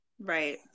Right